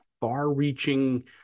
far-reaching